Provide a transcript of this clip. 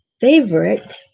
favorite